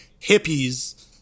hippies